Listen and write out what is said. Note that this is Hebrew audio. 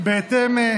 המכהן כשר